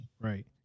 right